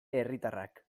herritarrak